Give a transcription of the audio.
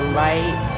light